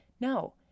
no